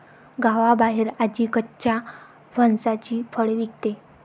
गावाबाहेर आजी कच्च्या फणसाची फळे विकते